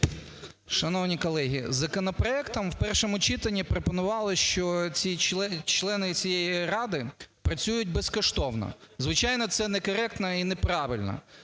Шановні колеги, законопроектом в першому читанні пропонувалось, що члени цієї ради працюють безкоштовно. Звичайно, це некоректно і неправильно.